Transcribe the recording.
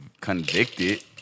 convicted